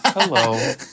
Hello